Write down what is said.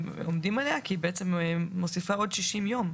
כי בעצם היא מוסיפה עוד 60 ימים.